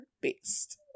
based